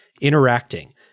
interacting